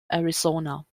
arizona